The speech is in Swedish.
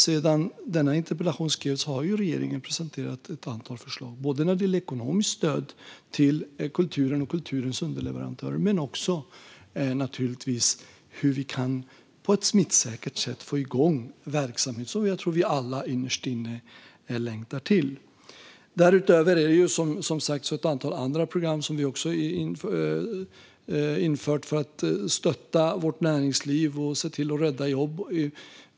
Sedan denna interpellation skrevs har ju regeringen presenterat ett antal förslag när det gäller ekonomiskt stöd till kulturen och kulturens underleverantörer, men också naturligtvis om hur vi på ett smittsäkert sätt kan få igång verksamhet som jag tror att vi alla innerst inne längtar till. Därutöver finns det som sagt ett antal andra program som vi infört för att stötta vårt näringsliv och se till att rädda jobb.